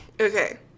okay